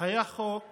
היה חוק